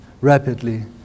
rapidly